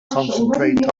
concentrate